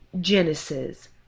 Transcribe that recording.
Genesis